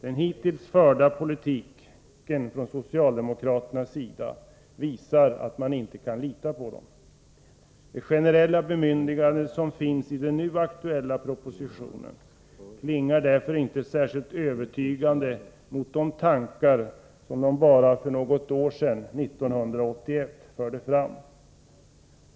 Den hittills förda politiken från socialdemokraternas sida visar att man inte kan lita på socialdemokraterna. Det generella bemyndigandet i den nu aktuella propositionen klingar därför inte särskilt övertygande mot bakgrund av de tankar som för bara något år sedan framfördes.